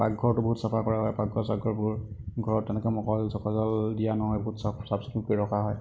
পাকঘৰটো বহুত চফা কৰা হয় পাকঘৰ চাকঘৰবোৰ ঘৰত তেনেকৈ মকৰাজাল চকৰাজাল দিয়া নহয় বহুত চাফ চাফ চিকুণকৈ ৰখা হয়